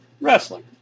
wrestling